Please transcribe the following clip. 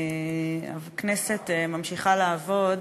הכנסת ממשיכה לעבוד